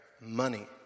money